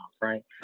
right